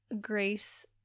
Grace